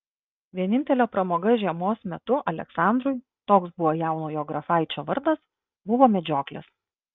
vienintelė pramoga žiemos metu aleksandrui toks buvo jaunojo grafaičio vardas buvo medžioklės